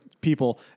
people